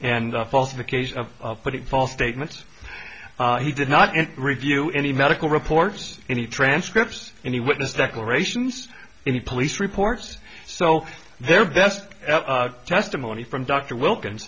and false of the case of putting false statements he did not review any medical reports any transcripts any witness declarations any police reports so their best testimony from dr wilkins